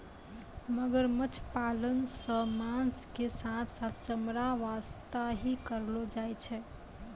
मगरमच्छ पालन सॅ मांस के साथॅ साथॅ चमड़ा वास्तॅ ही करलो जाय छै